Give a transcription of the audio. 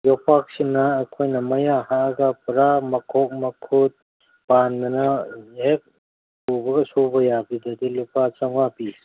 ꯌꯣꯠꯄꯥꯛꯁꯤꯅ ꯑꯩꯈꯣꯏꯅ ꯃꯌꯥ ꯍꯛꯑꯒ ꯄꯨꯔꯥ ꯃꯈꯣꯡ ꯃꯈꯨꯠ ꯄꯥꯟꯗꯅ ꯍꯦꯛ ꯄꯨꯕꯒ ꯁꯨꯕ ꯌꯥꯕꯤꯗꯨꯗꯤ ꯂꯨꯄꯥ ꯆꯃꯉꯥ ꯄꯤ